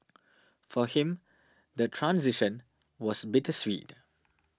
for him the transition was bittersweet